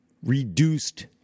reduced